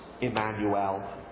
Emmanuel